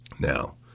Now